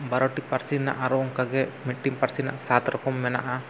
ᱵᱟᱨᱚᱴᱤ ᱯᱟᱹᱨᱥᱤ ᱨᱮᱱᱟᱜ ᱟᱨᱚ ᱚᱱᱠᱟᱜᱮ ᱢᱤᱫᱴᱟᱝ ᱯᱟᱹᱨᱥᱤ ᱨᱮᱭᱟᱜ ᱥᱟᱛ ᱨᱚᱠᱚᱢ ᱢᱮᱱᱟᱜᱼᱟ